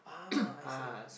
ah I see